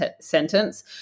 sentence